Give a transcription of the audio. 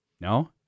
No